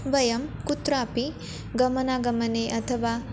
वयं कुत्रापि गमनागमने अथवा